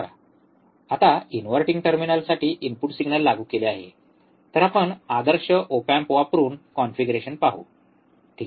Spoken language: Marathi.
आता इनव्हर्टिंग टर्मिनलसाठी इनपुट सिग्नल लागू केले आहे आपण आदर्श ओप एम्प वापरून कॉन्फिगरेशन पाहू ठीक आहे